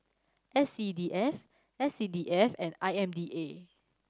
S C D F S C D F and I M D A